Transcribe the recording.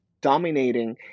dominating